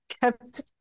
kept